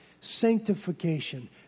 sanctification